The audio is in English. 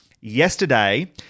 Yesterday